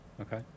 Okay